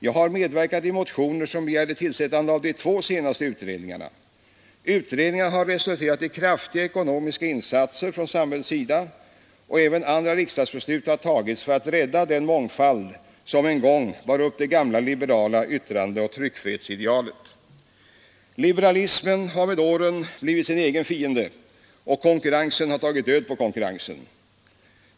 Jag har medverkat i motioner som begärde tillsättandet av de två senaste utredningarna. Utredningarna har resulterat i kraftiga ekonomiska insatser från samhällets sida, och även andra riksdagsbeslut har tagits för att rädda den mångfald som en gång bar upp det gamla liberala yttrandeoch tryckfrihetsidealet. Liberalismen har med åren blivit sin egen fiende och konkurrensen har tagit död på konkurrensen.